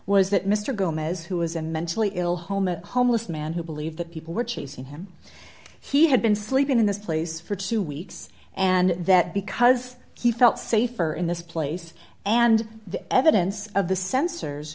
gomez who was a mentally ill home a homeless man who believed that people were chasing him he had been sleeping in this place for two weeks and that because he felt safer in this place and the evidence of the sensors